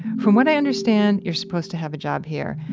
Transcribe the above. from what i understand, you're supposed to have a job here.